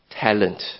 talent